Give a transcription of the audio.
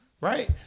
right